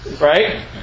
Right